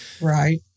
Right